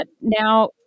now